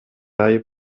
айып